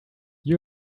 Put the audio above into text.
you